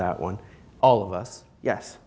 that one all of us yes